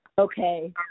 Okay